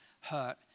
hurt